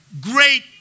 great